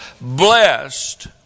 Blessed